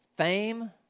Fame